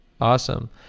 awesome